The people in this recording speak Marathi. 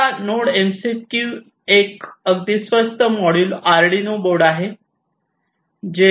तर हा नोड एमसीयू एक अगदी स्वस्त मॉड्यूल आर्डीनो बोर्ड आहे